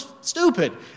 stupid